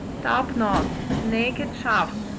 top-knots, naked shafts,